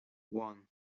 one